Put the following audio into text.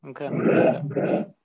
okay